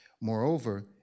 Moreover